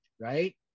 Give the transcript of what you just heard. right